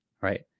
right